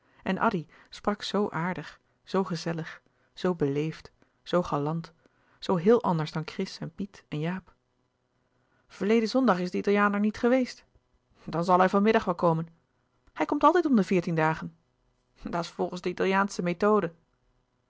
en addy sprak zoo aardig zoo gezellig zoo beleefd zoo galant zoo heel anders dan chris en piet en jaap verleden zondag is de italiaan er niet geweest louis couperus de boeken der kleine zielen dan zal hij van middag wel komen hij komt altijd om de veertien dagen dat is volgens de italiaansche methode